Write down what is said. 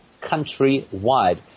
countrywide